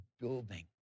building